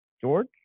George